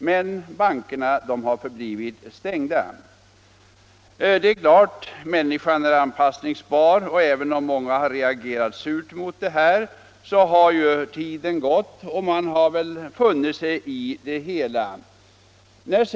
Men bankerna har förblivit stängda på lördagarna. Människan är anpassningsbar, och även om man i början reagerade surt mot lördagsstängningen har man så småningom funnit sig i det hela.